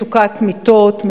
מצוקת מיטות,